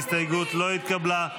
ההסתייגות לא התקבלה.